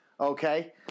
Okay